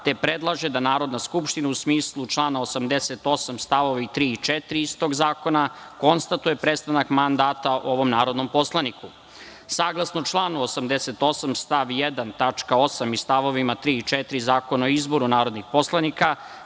te predlaže da Narodna skupština u smislu člana 88. stavovi 3. i 4. istog zakona, konstatuje prestanak mandata ovom narodnom poslaniku. Saglasno članu 88. stav 1. tačka 8. i stavovima 3. i 4. Zakona o izboru narodnih poslanika,